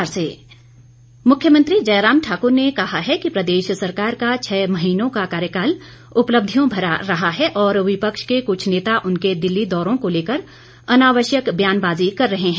मुख्यमंत्री मुख्यमंत्री जयराम ठाक्र ने कहा है कि प्रदेश सरकार का छः महीनों का कार्यकाल उपलब्धियों भरा रहा है और विपक्ष के कुछ नेता उनके दिल्ली दौरों को लेकर अनावश्यक बयानबाजी कर रहे हैं